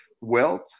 wealth